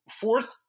fourth